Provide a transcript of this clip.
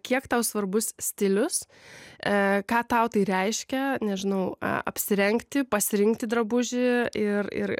kiek tau svarbus stilius e ką tau tai reiškia nežinau apsirengti pasirinkti drabužį ir ir